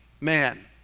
man